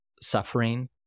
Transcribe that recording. suffering